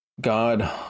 God